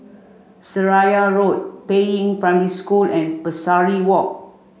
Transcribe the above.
Seraya Road Peiying Primary School and Pesari Walk